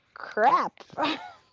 crap